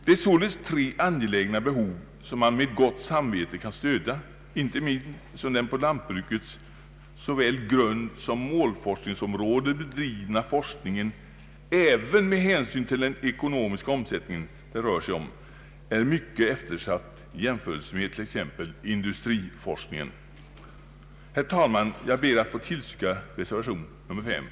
Det är således tre angelägna behov som vi tagit upp i vår reservation och som man med gott samvete kan stödja, inte minst eftersom den inom lantbruket bedrivna såväl grundsom målforskningen även i relation till dess ekonomiska betydelse är mycket eftersatt i jämförelse med t.ex. industriforskningen. Herr talman! Jag ber att få tillstyrka reservationen.